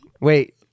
Wait